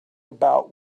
about